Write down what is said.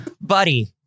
buddy